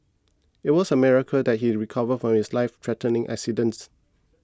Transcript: it was a miracle that he recovered from his life threatening accidents